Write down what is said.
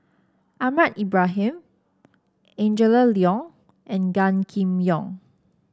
Ahmad Ibrahim Angela Liong and Gan Kim Yong